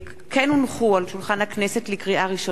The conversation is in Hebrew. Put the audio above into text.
לקריאה ראשונה,